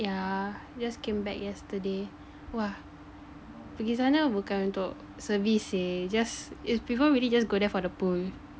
yeah just came back yesterday !wah! pergi sana bukan untuk service seh just is people really just go there for the pool